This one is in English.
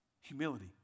Humility